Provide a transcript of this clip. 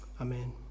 amen